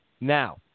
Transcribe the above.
Now